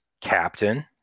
captain